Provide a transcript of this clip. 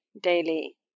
daily